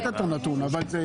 אין לי כאן את הנתון אבל הרבה.